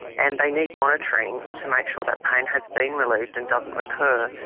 and they need monitoring to make sure that pain has been relieved and doesn't recur.